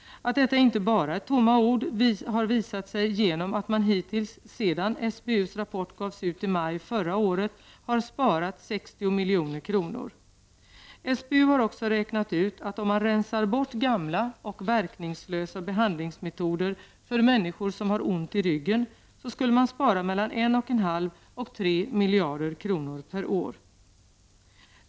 Att detta inte bara är tomma ord har visat sig genom att man hittills sedan SBUs rapport gavs ut i maj förra året har sparat 60 milj.kr. SBU har också räknat ut att om man rensar bort gamla och verkningslösa behandlingsmetoder för människor som har ont i ryggen, så skulle man spara mellan 1,5 och 3 miljarder kronor per år.